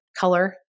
Color